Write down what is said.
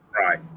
Right